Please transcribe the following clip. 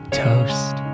toast